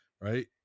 right